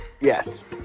Yes